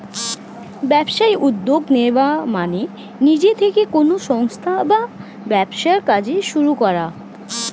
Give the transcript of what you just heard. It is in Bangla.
ব্যবসায় উদ্যোগ নেওয়া মানে নিজে থেকে কোনো সংস্থা বা ব্যবসার কাজ শুরু করা